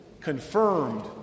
confirmed